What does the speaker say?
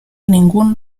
ningún